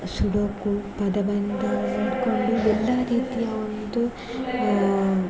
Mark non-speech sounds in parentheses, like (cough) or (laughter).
sudoku ಪದಬಂಧ (unintelligible) ಎಲ್ಲ ರೀತಿಯ ಒಂದು